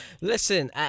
Listen